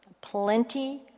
plenty